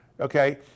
okay